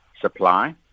supply